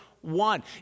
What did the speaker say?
one